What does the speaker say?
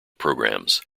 programs